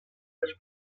les